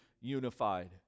unified